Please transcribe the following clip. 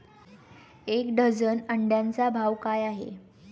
एक डझन अंड्यांचा भाव काय आहे?